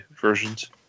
versions